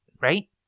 right